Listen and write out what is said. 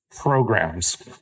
programs